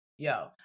Yo